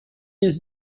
his